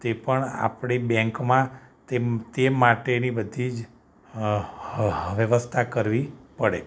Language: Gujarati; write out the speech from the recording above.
તે પણ આપણી બૅંકમાં તે તે માટેની બધી જ વ્યવસ્થા કરવી પડે